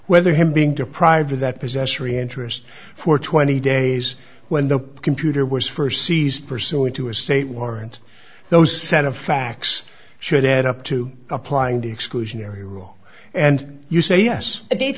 whether him being deprived of that possessory interest for twenty days when the computer was st sees pursuant to a state warrant those set of facts should add up to applying the exclusionary rule and you say yes if they